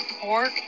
pork